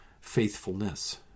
faithfulness